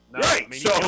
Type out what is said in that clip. Right